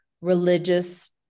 religious